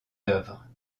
œuvres